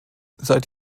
seit